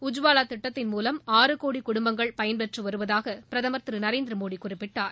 உஜ்வாலா திட்டத்தின் மூவம் ஆறு கோடி குடும்பங்கள் பயன்பெற்று வருவதாக பிரதமர் திரு நரேந்திரமோடி குறிப்பிட்டார்